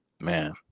Man